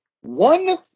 One